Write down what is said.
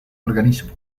organismo